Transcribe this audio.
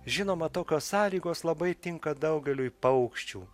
žinoma tokios sąlygos labai tinka daugeliui paukščių